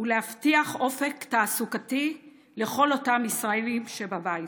ולהבטיח אופק תעסוקתי לכל אותם ישראלים שבבית.